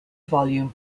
volume